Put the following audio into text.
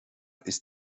ist